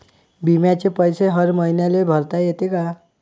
बिम्याचे पैसे हर मईन्याले भरता येते का?